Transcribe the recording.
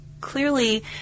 clearly